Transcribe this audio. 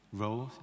role